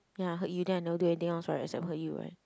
ya I heard you then I never do anything else right except for you right